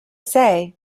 say